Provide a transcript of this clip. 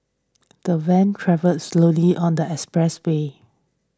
the van travels slowly on the expressibly